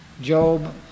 Job